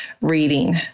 reading